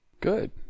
Good